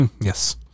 Yes